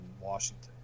Washington